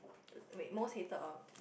wait most hated or